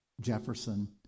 Jefferson